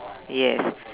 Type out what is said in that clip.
yes